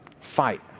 Fight